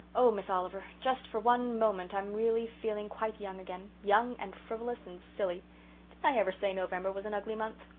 oh, miss oliver, just for one moment i'm really feeling quite young again young and frivolous and silly. did i ever say november was an ugly month?